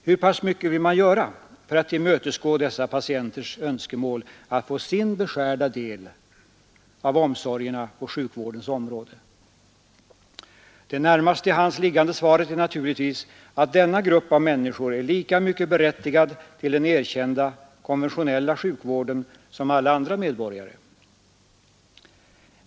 Hur pass mycket vill man göra för att tillmötesgå dessa patienters önskemål att få sin beskärda del av omsorgerna på sjukvårdens område? Det närmast till hands liggande svaret är naturligtvis att denna grupp av människor är lika mycket berättigad till den erkända, konventioenlla sjukvården som alla andra medborgare.